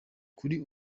kuri